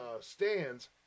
stands